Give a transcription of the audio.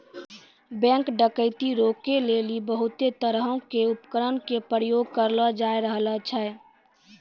bank डकैती रोकै लेली बहुते तरहो के उपकरण के प्रयोग करलो जाय रहलो छै